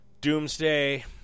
Doomsday